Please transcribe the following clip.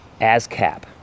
ASCAP